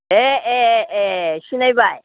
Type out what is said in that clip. ए ए ए ए सिनायबाय